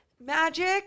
magic